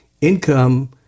income